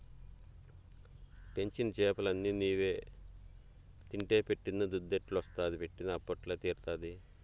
పెంచిన చేపలన్ని నీవే తింటే పెట్టిన దుద్దెట్టొస్తాది పెట్టిన అప్పెట్ట తీరతాది